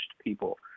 people